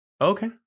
Okay